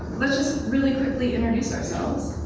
let's just really quickly introduce ourselves.